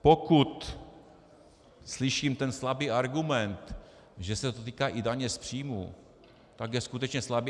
Pokud slyším slabý argument, že se to týká i daně z příjmu, tak je skutečně slabý.